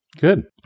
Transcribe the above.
Good